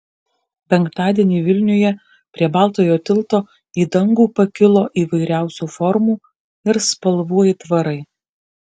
penktadienį vilniuje prie baltojo tilto į dangų pakilo įvairiausių formų ir spalvų aitvarai